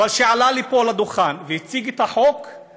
אבל כשהוא עלה לדוכן והציג את החוק הוא